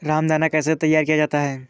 रामदाना कैसे तैयार किया जाता है?